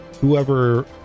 whoever